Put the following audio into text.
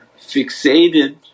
fixated